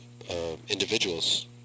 individuals